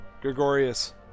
Gregorius